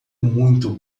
muito